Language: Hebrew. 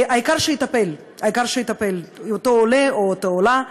העיקר שיטפל באותו עולֶה או אותה עולָה.